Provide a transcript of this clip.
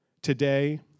Today